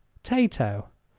tato.